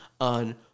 on